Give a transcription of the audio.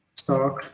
stock